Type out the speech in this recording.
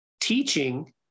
teaching